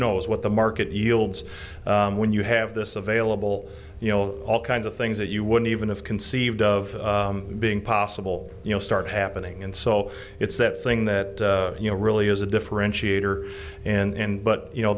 knows what the market yields when you have this available you know all kinds of things that you wouldn't even have conceived of being possible you know start happening and so it's that thing that you know really is a differentiator in but you know